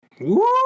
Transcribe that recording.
Woo